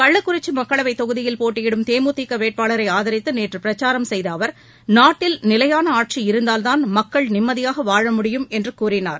கள்ளக்குறிச்சி மக்களவைத் தொகுதியில் போட்டியிடும் தேமுதிக வேட்பாளரை ஆதரித்து நேற்று பிரச்சாரம் செய்த அவர் நாட்டில் நிலையான ஆட்சி இருந்தால்தான் மக்கள் நிம்மதியாக வாழ முடியும் என்று கூறினார்